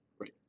Right